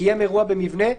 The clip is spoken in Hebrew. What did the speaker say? קיים אירוע במבנה,